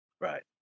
Right